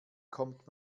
kommt